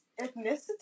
ethnicity